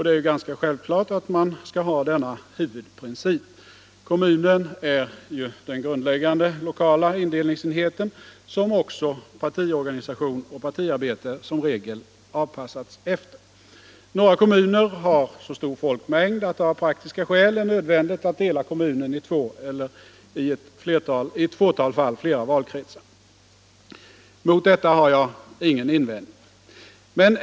Det är självklart att man skall ha denna huvudprincip. Kommunen är ju den grundläggande lokala indelningsenheten, som också partiorganisation och partiarbete som regel anpassas efter. Några kommuner har så stor folkmängd att det av praktiska skäl är nödvändigt att dela kommunen i två eller, i ett fåtal fall, flera valkretsar. Mot detta har jag ingen invändning.